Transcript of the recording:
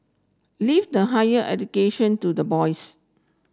leave the higher education to the boys